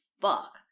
fuck